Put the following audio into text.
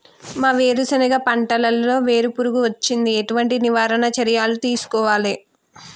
మా వేరుశెనగ పంటలలో వేరు పురుగు వచ్చింది? ఎటువంటి నివారణ చర్యలు తీసుకోవాలే?